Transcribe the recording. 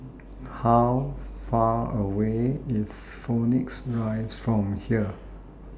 How Far away IS Phoenix Rise from here